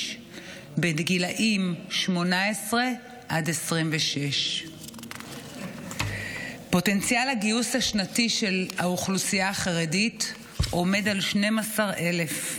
בגילים 18 26. פוטנציאל הגיוס השנתי של האוכלוסייה החרדית עומד על 12,000,